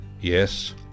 Yes